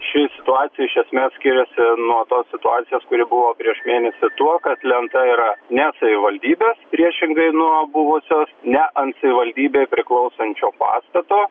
ši situacija iš esmės skiriasi nuo tos situacijos kuri buvo prieš mėnesį tuo kad lenta yra ne savivaldybės priešingai nuo buvusios ne ant savivaldybei priklausančio pastato